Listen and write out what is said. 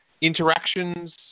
interactions